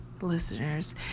listeners